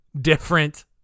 different